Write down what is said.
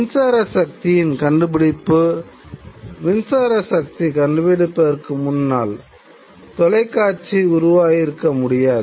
மின்சார சக்தியின் உருவாகியிருக்க முடியாது